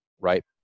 right